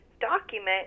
document